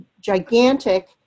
gigantic